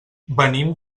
venim